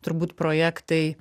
turbūt projektai